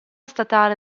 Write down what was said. statale